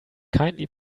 kindly